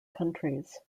countries